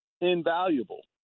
invaluable